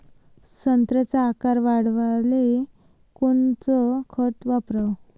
संत्र्याचा आकार वाढवाले कोणतं खत वापराव?